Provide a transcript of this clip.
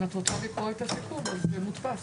אם את רוצה לקרוא את הסיכום אז שיהיה מודפס.